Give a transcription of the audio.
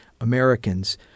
Americans